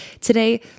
today